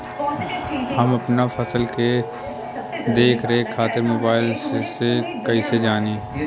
हम अपना फसल के देख रेख खातिर मोबाइल से कइसे जानी?